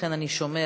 לכן אני שומרת